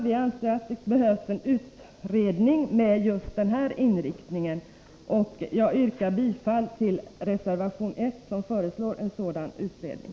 Vi anser att det behövs en utredning med den inriktning som jag redogjort för. Jag yrkar därför bifall till reservation 1, som föreslår en sådan utredning.